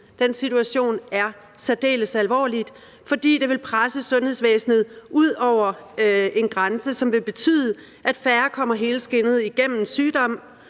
Den situation er særdeles alvorlig, fordi det vil presse sundhedsvæsenet ud over en grænse, som vil betyde, at færre kommer helskindet igennem sygdom.